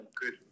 good